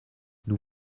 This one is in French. nous